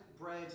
bread